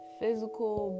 physical